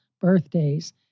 birthdays